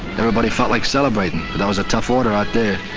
everybody felt like celebrating, that was a tough order out there.